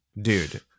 Dude